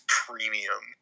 premium